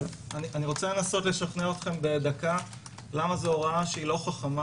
אני רוצה לנסות לשכנע אתכם תוך דקה למה זה הוראה שהיא לא חכמה,